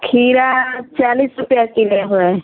खीरा चालीस रुपये किलो है